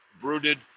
brooded